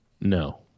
No